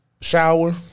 shower